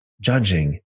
judging